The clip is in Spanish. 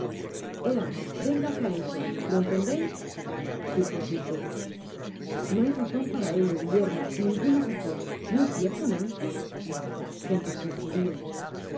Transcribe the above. venga acá eso lo entendeis dijo sikes no hay razon para ello guillermo ninguna razon no es cierto nahcy contestó el judio